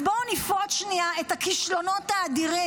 אז בואו נפרוט שנייה את הכישלונות האדירים,